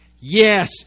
yes